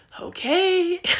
okay